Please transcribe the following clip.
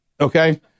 okay